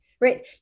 right